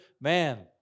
man